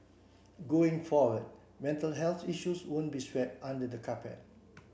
going forward mental health issues won't be swept under the carpet